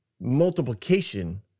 multiplication